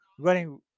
running